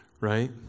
right